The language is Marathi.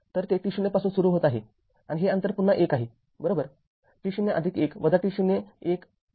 तर ते t0 पासून सुरू होत आहे आणि हे अंतर पुन्हा १ आहे बरोबर t0१ t0 १ आहे हे १ आहे